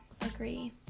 agree